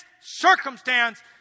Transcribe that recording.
circumstance